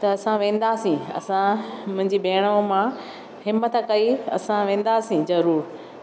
त असां वेंदासीं असां मुंहिंजी भेण ऐं मां हिमथ कई असां वेंदासीं ज़रूरु